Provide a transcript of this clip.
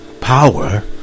Power